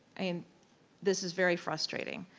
and this is very frustrating.